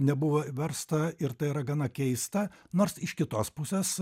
nebuvo versta ir tai yra gana keista nors iš kitos pusės